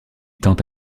tente